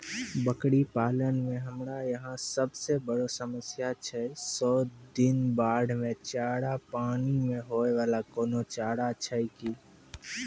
बकरी पालन मे हमरा यहाँ सब से बड़ो समस्या छै सौ दिन बाढ़ मे चारा, पानी मे होय वाला कोनो चारा छै कि?